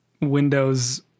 Windows